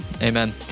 Amen